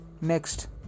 next